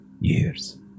years